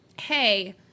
hey